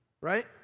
right